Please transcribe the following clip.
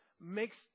makes